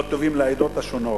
לא טובות לעדות השונות.